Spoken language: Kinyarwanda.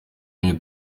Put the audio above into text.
new